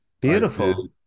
beautiful